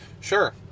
Sure